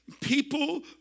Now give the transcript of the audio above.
people